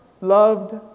loved